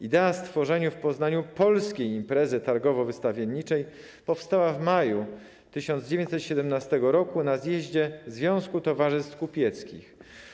Idea stworzenia w Poznaniu polskiej imprezy targowo-wystawienniczej powstała w maju 1917 roku na zjeździe Związku Towarzystw Kupieckich.